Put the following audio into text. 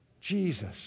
Jesus